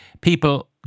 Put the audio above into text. people